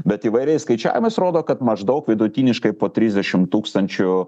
bet įvairiais skaičiavimas rodo kad maždaug vidutiniškai po trisdešimt tūkstančių